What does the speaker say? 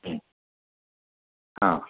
हां